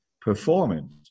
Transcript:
performance